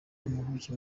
impuguke